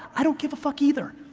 i don't give a fuck either.